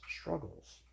struggles